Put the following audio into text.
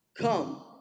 Come